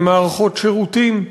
אין מערכות שירותים.